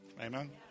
Amen